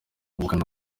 ubukana